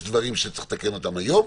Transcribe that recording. יש דברים שצריך לתקן אותם היום,